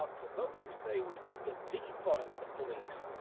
ah to those who say we need to defund the police,